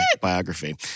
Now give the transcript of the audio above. biography